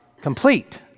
complete